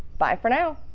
bye for now!